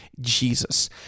Jesus